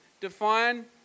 define